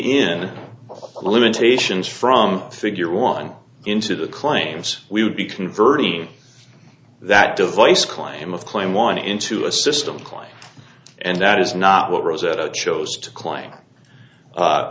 in limitations from figure one into the claims we would be converting that device claim of claim one into a system clock and that is not what rosetta chose to claim